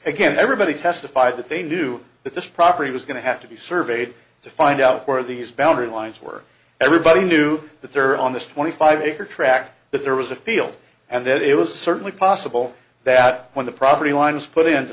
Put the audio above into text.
again everybody testified that they knew that this property was going to have to be surveyed to find out where these boundary lines were everybody knew that there were on this twenty five acre tract that there was a field and that it was certainly possible that when the property line was put into